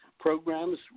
programs